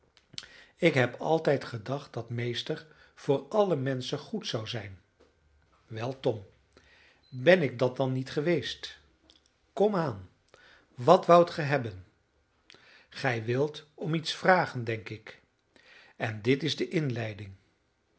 ik heb altijd gedacht dat meester voor alle menschen goed zou zijn wel tom ben ik dat dan niet geweest komaan wat woudt ge hebben gij wilt om iets vragen denk ik en dit is de inleiding